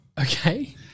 okay